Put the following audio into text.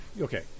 Okay